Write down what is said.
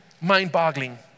mind-boggling